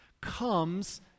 comes